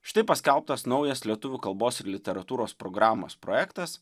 štai paskelbtas naujas lietuvių kalbos ir literatūros programos projektas